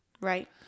right